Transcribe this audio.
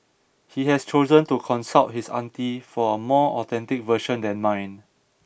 he has chosen to consult his auntie for a more authentic version than mine